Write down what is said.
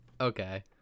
okay